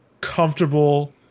comfortable